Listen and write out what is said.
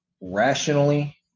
rationally